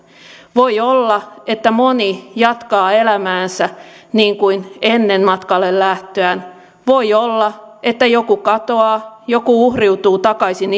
voi olla että moni jatkaa elämäänsä niin kuin ennen matkalle lähtöään voi olla että joku katoaa joku uhriutuu takaisin